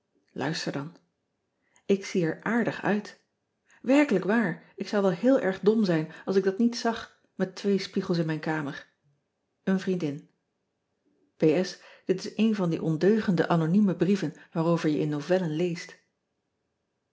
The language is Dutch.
uister dan k zie er aardig uit erkelijk waar ik zou wel heel erg dom zijn als ik dat niet zag met twee spiegels in mijn kamer en riendin it is een van die ondeugende anonieme brieven waarover je in novellen leest